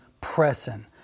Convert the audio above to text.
pressing